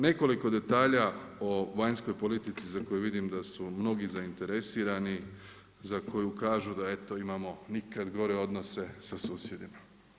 Nekoliko detalja o vanjskoj politici za koju vidim da su mnogi zainteresirani za koju kažu da eto imamo nikada gore odnose sa susjedima.